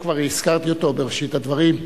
ועדת החינוך, כבר הזכרתי אותו בראשית הדברים.